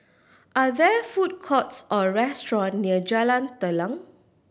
are there food courts or restaurant near Jalan Telang